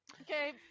Okay